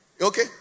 okay